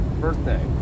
birthday